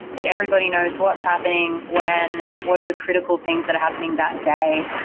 that everybody knows what's happening, when, what are the critical things that are happening that day.